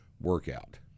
workout